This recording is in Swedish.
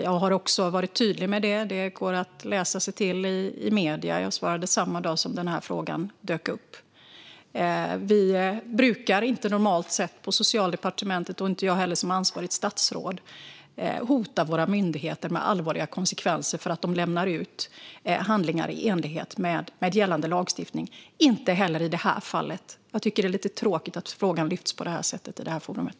Jag har varit tydlig med detta. Det går att läsa sig till i medierna, och jag svarade samma dag som frågan dök upp. Vi brukar inte normalt sett på Socialdepartementet, och inte heller jag som ansvarigt statsråd, hota våra myndigheter med allvarliga konsekvenser för att de lämnar ut handlingar i enlighet med gällande lagstiftning. Det gjorde vi inte heller i det här fallet. Jag tycker att det är lite tråkigt att frågan lyfts på det här sättet och i det här forumet.